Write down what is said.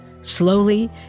Slowly